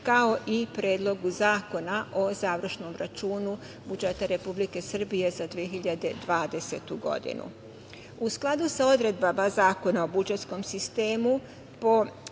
kao i Predlogu zakona o završnom računu budžeta Republike Srbije za 2020. godinu.U skladu sa odredbama Zakona o budžetskom sistemu, po